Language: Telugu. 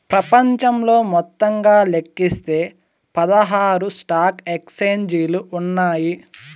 ప్రపంచంలో మొత్తంగా లెక్కిస్తే పదహారు స్టాక్ ఎక్స్చేంజిలు ఉన్నాయి